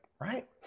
right